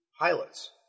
pilots